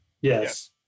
Yes